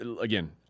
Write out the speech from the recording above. Again